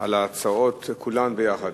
על ההצעות כולן ביחד.